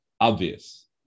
obvious